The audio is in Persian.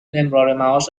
امرارمعاش